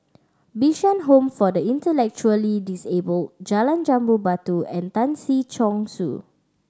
Bishan Home for the Intellectually Disabled Jalan Jambu Batu and Tan Si Chong Su